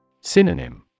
Synonym